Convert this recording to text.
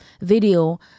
video